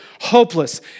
hopeless